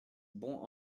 bons